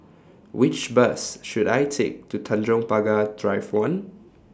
Which Bus should I Take to Tanjong Pagar Drive one